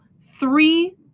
three